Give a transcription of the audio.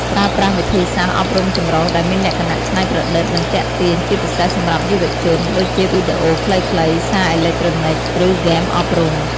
ប្រើប្រាស់ វិធីសាស្ត្រអប់រំចម្រុះ ដែលមានលក្ខណៈច្នៃប្រឌិត និងទាក់ទាញ ជាពិសេសសម្រាប់យុវជន ដូចជាវីដេអូខ្លីៗ សារអេឡិចត្រូនិច ឬហ្គេមអប់រំ។